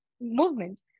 movement